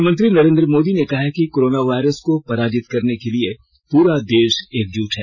प्रधानमंत्री नरेन्द्र मोदी ने कहा है कि कोरोना वायरस को पराजित करने के लिए पूरा देश एकजुट है